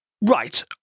Right